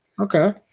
Okay